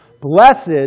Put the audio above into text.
Blessed